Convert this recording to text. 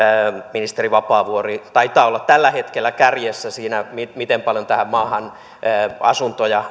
ministeri vapaavuori taitaa olla tällä hetkellä kärjessä siinä miten miten paljon tähän maahan asuntoja